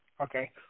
okay